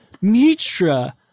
Mitra